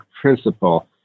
principle